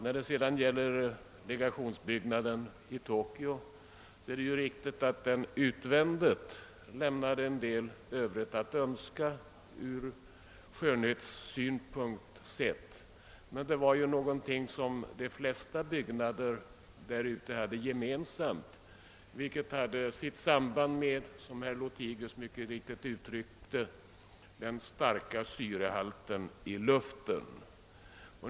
När det sedan gäller ambassadbyggnaden i Tokyo är det riktigt att denna utvändigt lämnar en del övrigt att önska ur skönhetssynpunkt. Men det var någonting som de flesta byggnader där ute hade gemensamt, vilket, som herr Lothigius sade, hade sitt samband med den starka syrehalten i luften.